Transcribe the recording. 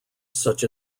such